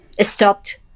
stopped